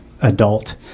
adult